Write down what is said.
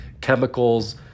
chemicals